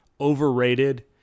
overrated